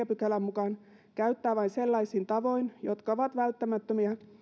pykälän mukaan käyttää vain sellaisin tavoin jotka ovat välttämättömiä